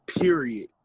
period